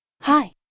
Hi